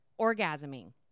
orgasming